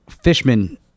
fishman